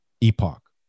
epoch